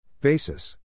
Basis